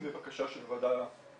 אם זו בקשה של ועדה בכנסת,